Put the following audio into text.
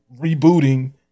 rebooting